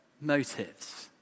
motives